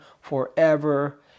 forever